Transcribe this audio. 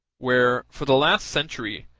where, for the last century,